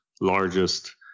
largest